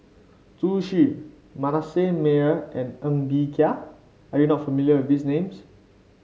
Zhu Xu Manasseh Meyer and Ng Bee Kia are you not familiar with these names